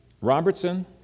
Robertson